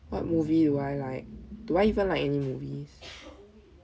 what movie do I like do I even like any movies